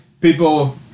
people